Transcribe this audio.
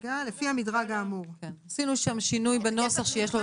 ולא יהיה בכך כדי למנוע מכך שיינתנו לו שירותים נוספים